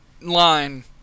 line